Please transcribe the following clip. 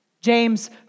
James